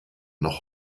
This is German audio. noch